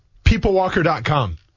PeopleWalker.com